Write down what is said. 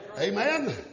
Amen